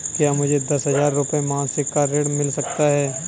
क्या मुझे दस हजार रुपये मासिक का ऋण मिल सकता है?